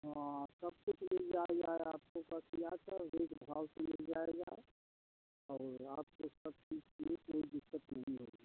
हाँ सब कुछ मिल जाएगा आपको बस भाव से मिल जाएगा और आपको सब चीज़ की कोई दिक़्क़त नहीं होगी